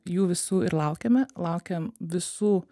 jų visų ir laukiame laukiam visų